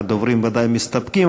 הדוברים בוודאי מסתפקים.